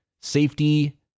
safety